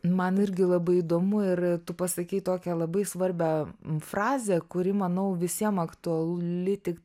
man irgi labai įdomu ir tu pasakei tokią labai svarbią frazę kuri manau visiem aktuali tik